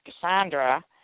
Cassandra